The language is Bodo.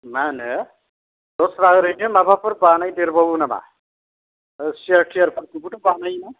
मा होनो दस्रा ओरैनो माबाफोर बानायबावो नामा सियार थियार बेखौथ' बानायो ना